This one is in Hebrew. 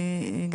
מי זו?